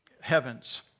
heavens